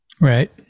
Right